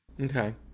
Okay